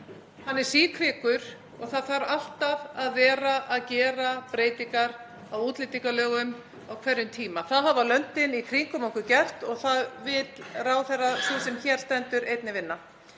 Hann er síkvikur og það þarf alltaf að gera breytingar á útlendingalögum á hverjum tíma. Það hafa löndin í kringum okkur gert og þannig vill sá ráðherra sem hér stendur einnig vinna.